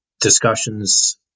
discussions